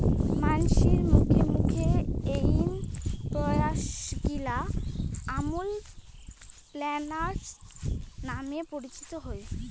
মানসির মুখে মুখে এ্যাই প্রয়াসগিলা আমুল প্যাটার্ন নামে পরিচিত হই